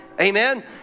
Amen